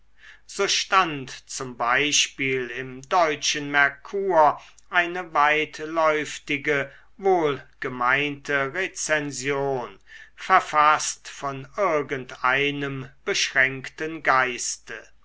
so stand z b im deutschen merkur eine weitläuftige wohlgemeinte rezension verfaßt von irgend einem beschränkten geiste